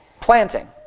planting